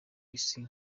isi